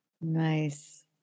Nice